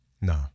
No